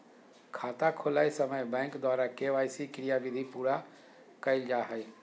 खाता खोलय समय बैंक द्वारा के.वाई.सी क्रियाविधि पूरा कइल जा हइ